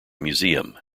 museum